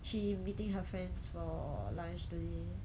she meeting her friends for lunch today